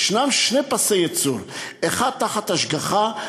יש שני פסי ייצור: האחד תחת השגחה,